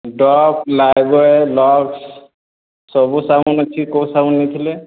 Dove Lifebuoy Lux ସବୁ ସାବୁନ ଅଛି କେଉଁ ସାବୁନ ନେଇଥିଲେ